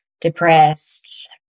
depressed